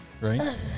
Right